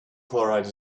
chloride